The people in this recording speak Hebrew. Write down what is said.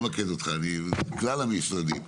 אני מדבר על כלל המשרדים.